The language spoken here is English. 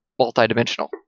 multidimensional